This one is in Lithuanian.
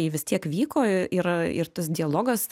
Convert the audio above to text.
ji vis tiek vyko ir ir tas dialogas